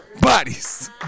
bodies